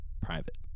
private